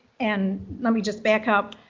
and let me just back up.